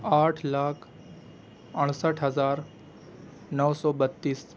آٹھ لاکھ اڑسٹھ ہزار نو سو بتیس